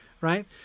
Right